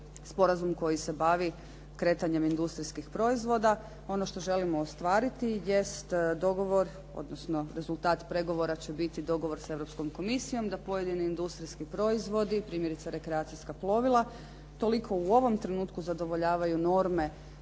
sporazum koji se bavi kretanjem industrijskih proizvoda. Ono što želimo ostvariti jest dogovor, odnosno rezultat pregovora će biti dogovor s Europskom Komisijom da pojedini industrijski proizvodi, primjerice rekreacijska plovila toliko u ovom trenutku zadovoljavaju norme